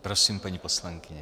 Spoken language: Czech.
Prosím, paní poslankyně.